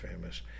famous